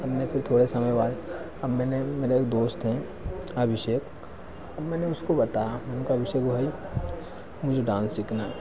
हम मैं फिर थोड़े समय बाद मैंने मेरा एक दोस्त है फिर मैंने उसको बताया मैंने कहा अभिषेक भाई मुझे डांस सिखना है